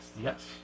yes